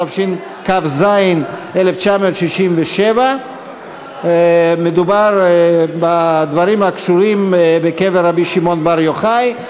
התשכ"ז 1967. מדובר בדברים הקשורים בקבר רבי שמעון בר יוחאי.